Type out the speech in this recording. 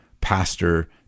pastor